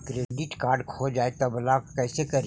Credit card खो जाए तो ब्लॉक कैसे करी?